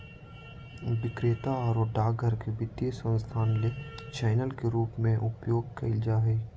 विक्रेता आरो डाकघर के वित्तीय संस्थान ले चैनल के रूप में उपयोग कइल जा हइ